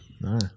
No